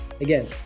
again